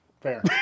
Fair